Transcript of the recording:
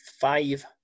Five